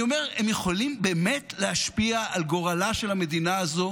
אני אומר: הם יכולים באמת להשפיע על גורלה של המדינה הזו